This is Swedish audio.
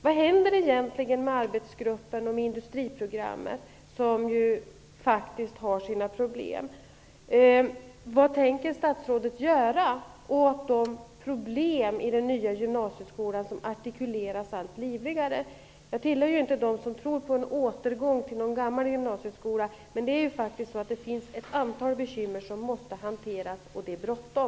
Vad händer egentligen med arbetsgruppen för industriprogrammet, som faktiskt har sina problem? Jag tillhör ju inte dem som tror på en återgång till den gamla gymnasieskolan, men det finns faktiskt ett antal bekymmer som måste hanteras - och det är bråttom!